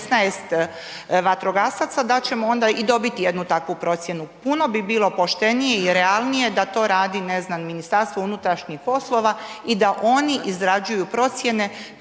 16 vatrogasaca da ćemo onda i dobiti jednu takvu procjenu. Puno bi bilo poštenije i realnije da to radi, ne znam, MUP i da oni izrađuju procjene